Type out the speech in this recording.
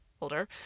older